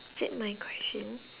is it my question